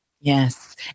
Yes